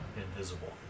Invisible